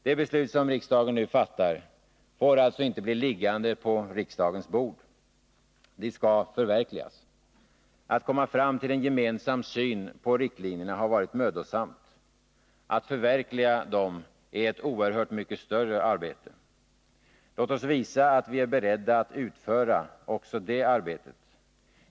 De beslut som riksdagen i dag fattar får inte bli liggande på riksdagens bord. De skall förverkligas. Att komma fram till en gemensam syn på riktlinjerna har varit mödosamt. Att förverkliga dem är ett oerhört mycket större arbete. Låt oss visa att vi är beredda att utföra också det arbetet!